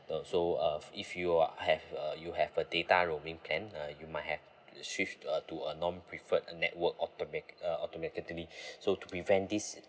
uh so uh if you are have uh you have a data roaming plan uh you might have shift uh to a non preferred network automat~ automatically so prevent this